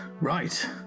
Right